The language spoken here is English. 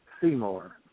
Seymour